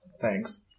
Thanks